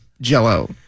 Jello